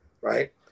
right